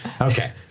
Okay